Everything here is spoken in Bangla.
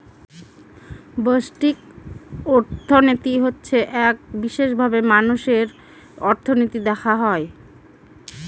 ব্যষ্টিক অর্থনীতি হচ্ছে এক বিশেষভাবে মানুষের অর্থনীতি দেখা হয়